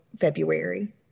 February